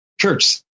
Church